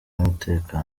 y’umutekano